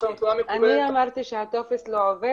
יש לנו תלונה מקוונת --- אני אמרתי שהטופס לא עובד,